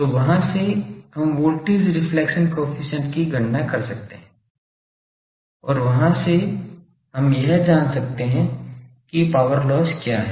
तो वहाँ से हम वोल्टेज रिफ्लेक्शन कोएफ़िशिएंट की गणना कर सकते हैं और वहाँ से हम यह जान सकते हैं कि पावर लॉस क्या है